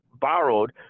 borrowed